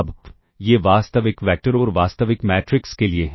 अब ये वास्तविक वैक्टर और वास्तविक मैट्रिक्स के लिए हैं